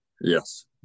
yes